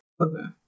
Okay